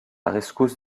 rescousse